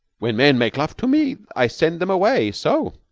when men make love to me, i send them away so.